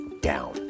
down